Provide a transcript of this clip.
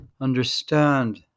understand